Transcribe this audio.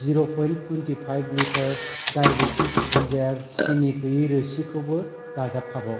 जिर' point twenty five litre diabetics डिजायार सिनि गोयि रोसि खौबो दाजाब फाबाव